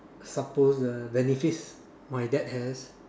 supposed benefits my dad has